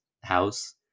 house